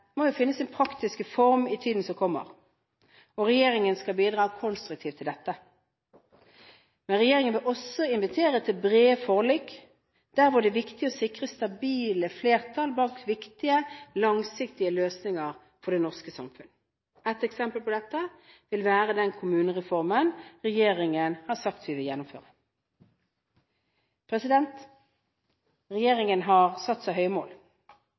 praktiske form i tiden som kommer. Regjeringen skal bidra konstruktivt til dette. Regjeringen vil også invitere til brede forlik der hvor det er viktig å sikre stabile flertall bak viktige, langsiktige løsninger for det norske samfunn. Et eksempel på dette vil være den kommunereformen regjeringen har sagt vi vil gjennomføre. Regjeringen har satt seg høye mål.